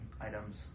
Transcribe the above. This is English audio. items